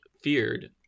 feared